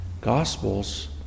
Gospels